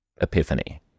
epiphany